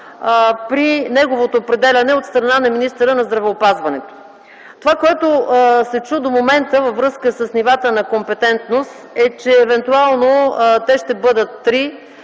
при неговото определяне от страна на министъра на здравеопазването. Това, което се чу до момента във връзка с нивата на компетентност, е, че евентуално те ще бъдат три,